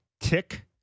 tick